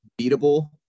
beatable